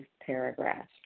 paragraphs